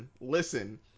listen